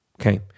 okay